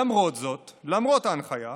למרות זאת, למרות ההנחיה,